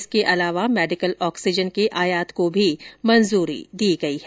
इसके अलावा medical oxygen के आयात को भी मंजूरी दे दी गई है